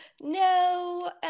No